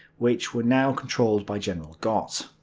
which were now controlled by general gott.